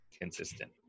consistent